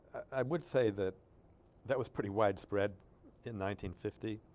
i would say that that was pretty widespread in nineteen fifty